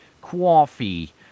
Coffee